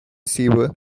sewer